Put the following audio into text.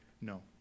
No